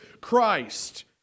Christ